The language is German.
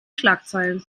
schlagzeilen